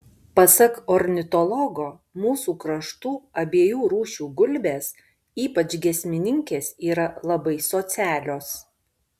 pasak ornitologo mūsų kraštų abiejų rūšių gulbės ypač giesmininkės yra labai socialios